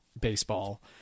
baseball